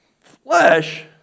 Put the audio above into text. flesh